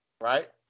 right